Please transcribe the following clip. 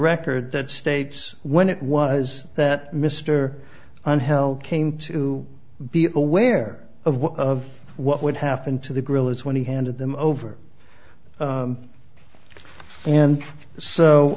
record that states when it was that mr unhealed came to be aware of what of what would happen to the grill is when he handed them over and so